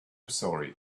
sorry